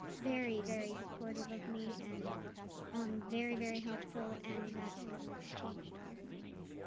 very, very supportive of me and um very, very helpful, and that has never changed all of my life.